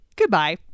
Goodbye